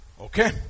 Okay